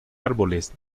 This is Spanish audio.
árboles